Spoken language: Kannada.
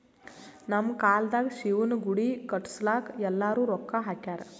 ನಮ್ ಕಾಲ್ದಾಗ ಶಿವನ ಗುಡಿ ಕಟುಸ್ಲಾಕ್ ಎಲ್ಲಾರೂ ರೊಕ್ಕಾ ಹಾಕ್ಯಾರ್